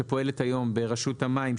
שפועלת היום ברשות המים,